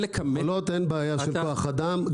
במכולות אין בעיה של כוח אדם.